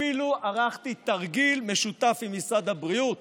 אפילו ערכתי תרגיל משותף עם משרד הבריאות